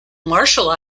marshall